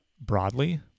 broadly